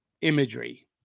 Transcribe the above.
imagery